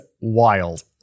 wild